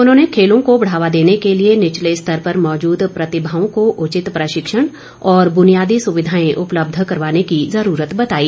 उन्होंने खेलों को बढ़ावा देने के लिए निचले स्तर पर मौजूद प्रतिभाओं को उचित प्रशिक्षण और बुनियादी सुविधाएं उपलब्ध करवाने की जरूरत बताई